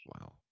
Wow